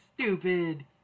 stupid